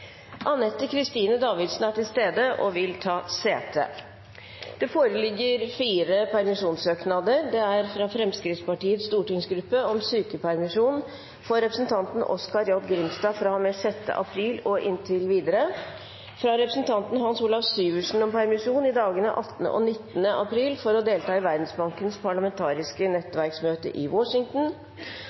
Anette Kristine Davidsen er til stede og vil ta sete. Det foreligger fire permisjonssøknader: fra Fremskrittspartiets stortingsgruppe om sykepermisjon for representanten Oskar J. Grimstad fra og med 6. april og inntil videre fra representanten Hans Olav Syversen om permisjon i dagene 18. og 19. april for å delta i Verdensbankens parlamentariske nettverksmøte i Washington